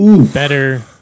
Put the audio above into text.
Better